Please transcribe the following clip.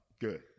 Good